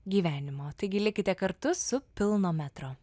gyvenimo taigi likite kartu su pilno metro